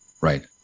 Right